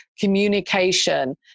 communication